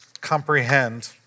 comprehend